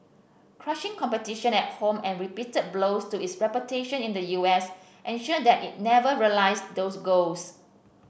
crushing competition at home and repeated blows to its reputation in the U S ensured that it never realised those goals